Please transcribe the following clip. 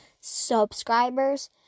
subscribers